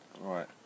Right